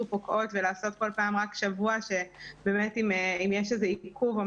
פוקעות ולעשות כל פעם רק שבוע ואם יש עיכוב,